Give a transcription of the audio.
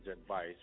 advice